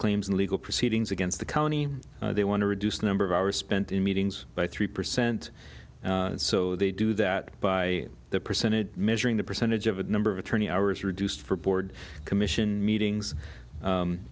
claims and legal proceedings against the county they want to reduce the number of hours spent in meetings by three percent and so they do that by the percentage measuring the percentage of a number of attorney hours reduced for board commission meetings u